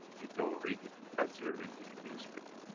you don't read it as you're reading a newspaper.